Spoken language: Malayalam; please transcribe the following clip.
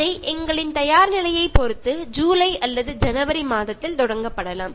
അത് ജൂലൈയിലോ ജനുവരിയിലോ നമ്മൾറെക്കോർഡിങ് ചെയ്തു കഴിയുന്ന മുറയ്ക്ക് തുടങ്ങുന്നതായിരിക്കും